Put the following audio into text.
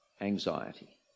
anxiety